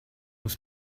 was